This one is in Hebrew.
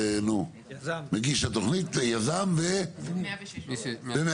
מגיש התוכנית שהוא היזם, ו-106(ב).